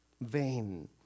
vain